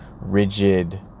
rigid